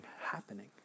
happening